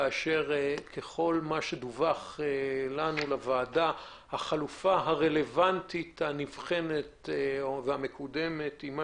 ככל מה שדווח לוועדה החלופה הרלוונטית שמקודמת היא מה